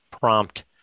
prompt